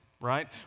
right